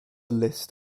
list